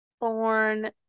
born